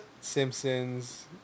Simpsons